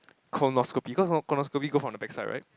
colonoscopy cause hor colonoscopy go from the backside right